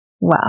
Wow